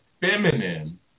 feminine